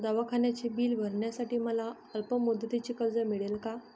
दवाखान्याचे बिल भरण्यासाठी मला अल्पमुदतीचे कर्ज मिळेल का?